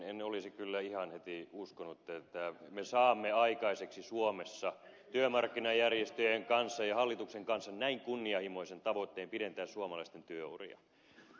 en olisi kyllä ihan heti uskonut että me saamme aikaiseksi suomessa työmarkkinajärjestöjen ja hallituksen kanssa näin kunnianhimoisen tavoitteen pidentää suomalaisten työuria